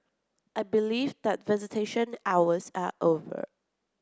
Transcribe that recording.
I believe that visitation hours are over